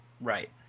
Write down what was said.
Right